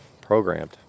programmed